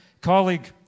colleague